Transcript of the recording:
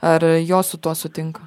ar jos su tuo sutinka